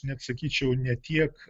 net sakyčiau ne tiek